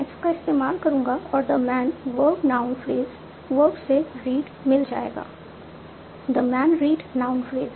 मैं इसका इस्तेमाल करूंगा और the man verb noun phrase verb से रीड मिल जाएगा the man read noun phrase